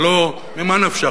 הלוא ממה נפשך?